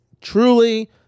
truly